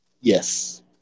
Yes